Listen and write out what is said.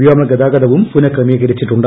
പ്പ്യോമഗതാവും പുനഃക്രമീകരിച്ചിട്ടുണ്ട്